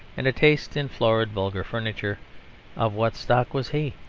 and a taste in florid vulgar furniture of what stock was he?